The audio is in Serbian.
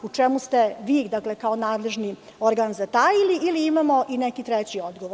U čemu ste vi kao nadležni organ zatajili ili imamo i neki treći organ?